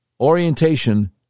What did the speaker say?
orientation